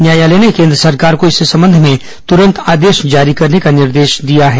न्यायालय ने केंद्र सरकार को इस संबंध में तूरंत आदेश जारी करने का निर्देश दिया है